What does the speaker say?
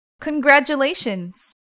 Congratulations